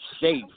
safe